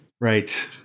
Right